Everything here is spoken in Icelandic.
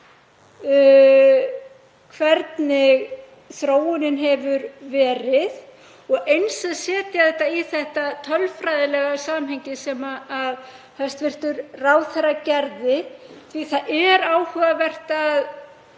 hvernig þróunin hefur verið og eins að setja þetta í tölfræðilegt samhengi eins og hæstv. ráðherra gerði því það er áhugavert að